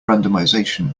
randomization